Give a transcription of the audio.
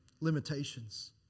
limitations